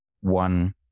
one